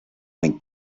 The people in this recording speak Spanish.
muy